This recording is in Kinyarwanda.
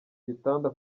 gitanda